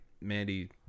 Mandy